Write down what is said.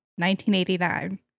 1989